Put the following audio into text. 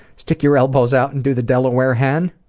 stick your elbows out and do the delaware hen.